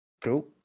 Cool